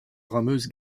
rameuse